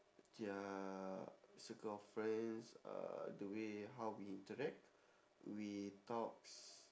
their circle of friends uh the way how we interact we talks